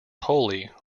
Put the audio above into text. holy